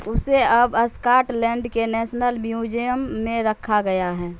اسے اب Scotland کے نیشنل میوزیم میں رکھا گیا ہے